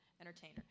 entertainer